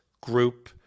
group